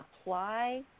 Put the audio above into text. apply